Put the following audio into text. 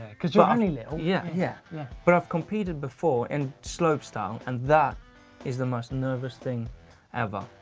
because you're only little. yeah yeah yeah. but i've competed before in slope style and that is the most nervous thing ever.